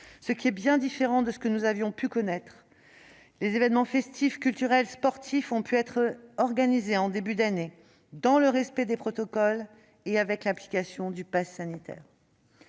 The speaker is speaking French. ce qui est bien différent des chiffres que nous avons pu connaître. Les événements festifs, culturels et sportifs ont pu être organisés en début d'année, dans le respect des protocoles et avec l'application du passe sanitaire.